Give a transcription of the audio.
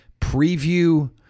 preview